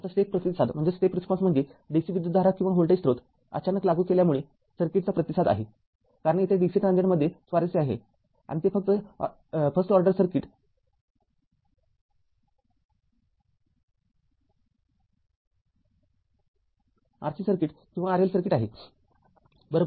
आता स्टेप प्रतिसाद म्हणजे dc विद्युतधारा किंवा व्होल्टेज स्रोत अचानक लागू केल्यामुळे सर्किटचा प्रतिसाद आहे कारण येथे dc ट्रांजीएंटमध्ये स्वारस्य आहे आणि ते first order circuit RC circuit किंवा RL सर्किट आहे बरोबर